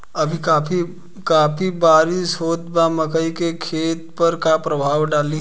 अभी काफी बरिस होत बा मकई के खेत पर का प्रभाव डालि?